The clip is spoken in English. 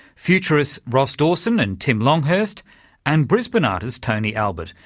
futurists ross dawson and tim longhurst and brisbane artist, tony albert,